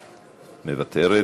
מוותרת.